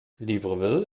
libreville